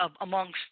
amongst